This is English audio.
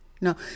No